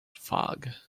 fog